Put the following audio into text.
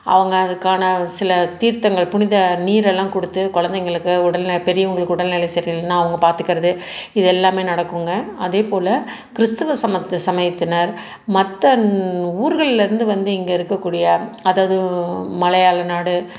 அவங்க அதற்கான சில தீர்த்தங்கள் புனித நீரெல்லாம் கொடுத்து குழந்தைங்களுக்கு உடல் பெரியவங்களுக்கு உடல் நிலை சரியில்லைனா அவங்க பார்த்துக்கிறது இது எல்லாமே நடக்குதுங்க அதேப்போல கிறிஸ்துவ சமயத்து சமயத்ததினர் மற்ற ஊருகள்லேருந்து வந்து இங்கே இருக்க கூடிய அதாவது மலையாளம் நாடு